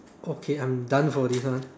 okay I'm done for this one